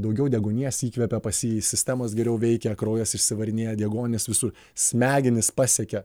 daugiau deguonies įkvepia pas jį sistemos geriau veikia kraujas išsivarinėja deguonies visur smegenys pasiekia